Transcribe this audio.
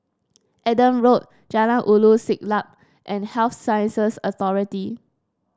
Adam Road Jalan Ulu Siglap and Health Sciences Authority